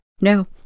No